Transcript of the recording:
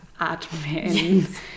admin